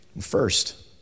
First